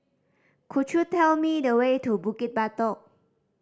could you tell me the way to Bukit Batok